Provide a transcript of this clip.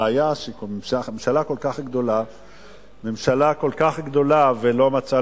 הבעיה שהממשלה כל כך גדולה ולא מצאה